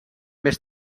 més